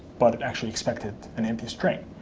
but it actually expected an empty string.